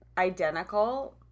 Identical